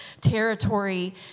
territory